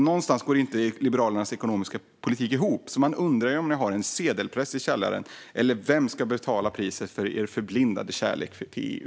Någonstans går Liberalernas ekonomiska politik inte ihop, och man undrar om ni har en sedelpress i källaren, Fredrik Malm. Vem ska betala priset för er förblindade kärlek till EU?